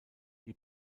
die